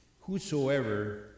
whosoever